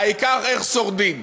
העיקר איך שורדים.